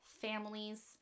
families